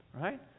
right